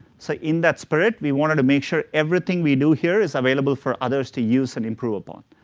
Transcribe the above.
so in that spirit, we wanted to make sure everything we do here is available for others to use and improve upon.